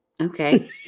Okay